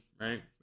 right